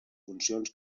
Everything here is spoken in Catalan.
funcions